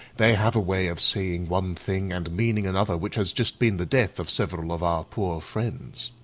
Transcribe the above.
they have a way of saying one thing and meaning another which has just been the death of several of our poor friends.